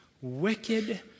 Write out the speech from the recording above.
wicked